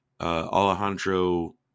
Alejandro